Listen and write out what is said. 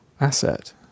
asset